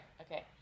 okay